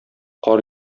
кар